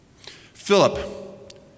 Philip